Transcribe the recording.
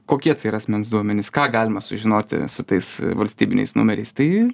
kokie tai yra asmens duomenys ką galima sužinoti su tais valstybiniais numeriais tai